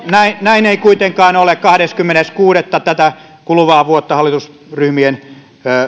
näin näin ei kuitenkaan ole kahdeskymmenes kuudetta tätä kuluvaa vuotta hallitusryhmien